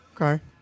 Okay